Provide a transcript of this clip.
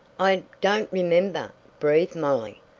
i don't remember, breathed molly.